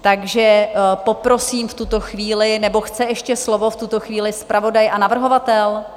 Takže poprosím v tuto chvíli nebo chce ještě slovo v tuto chvíli zpravodaj a navrhovatel?